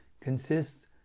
consists